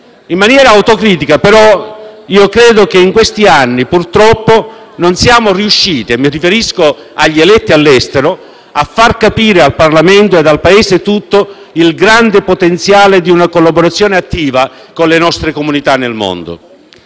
In maniera autocritica, però, credo che in questi anni non siamo purtroppo riusciti - mi riferisco agli eletti all'estero - a far capire al Parlamento e al Paese tutto il grande potenziale di una collaborazione attiva con le nostre comunità nel mondo.